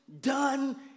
done